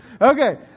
Okay